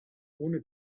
ohne